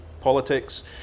politics